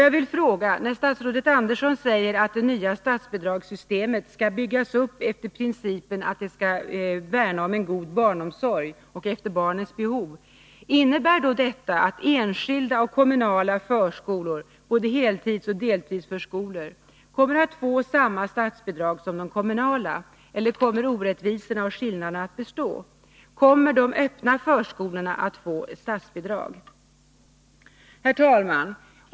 Jag vill fråga: När statsrådet Andersson säger att det nya statsbidragssystemet skall byggas upp efter principen att det skall värna om en god barnomsorg efter barnens behov — innebär då detta att enskilda och kommunala förskolor, både heltidsoch deltidsförskolor, kommer att få samma statsbidrag som de kommunala? Eller kommer orättvisorna och skillnaderna att bestå? Kommer de öppna förskolorna att få ett statsbidrag? Herr talman!